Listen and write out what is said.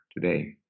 today